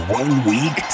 one-week